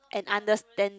and understand